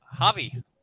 Javi